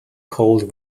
cold